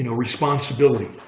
you know responsibility.